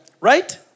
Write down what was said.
Right